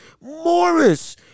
Morris